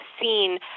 seen